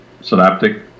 synaptic